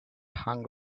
hung